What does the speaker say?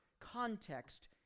context